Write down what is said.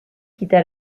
quitta